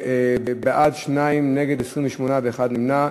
בעד, 2, נגד, 28, ואחד נמנע.